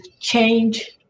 change